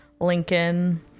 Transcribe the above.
Lincoln